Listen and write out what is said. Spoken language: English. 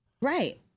Right